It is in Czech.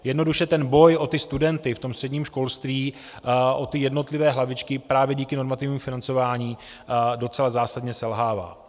Jednoduše ten boj o studenty ve středním školství, o ty jednotlivé hlavičky, právě díky normativnímu financování docela zásadně selhává.